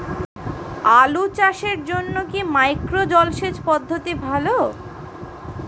আলু চাষের জন্য কি মাইক্রো জলসেচ পদ্ধতি ভালো?